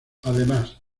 además